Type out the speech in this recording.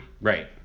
Right